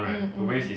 mm mm